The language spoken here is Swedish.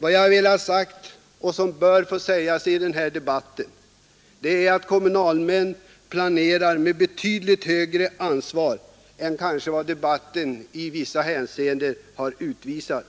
Vad jag velat säga och som bör sägas i den här debatten är att kommunalmän planerar med betydligt större ansvar än vad debatten i vissa hänseenden har utvisat.